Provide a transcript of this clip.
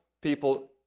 people